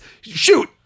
Shoot